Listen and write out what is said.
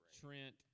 Trent